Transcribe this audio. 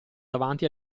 davanti